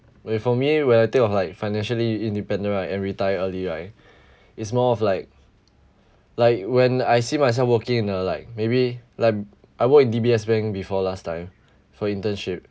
wait for me when I think of like financially independent right and retire early right it's more of like like when I see myself working in a like maybe like I work in D_B_S bank before last time for internship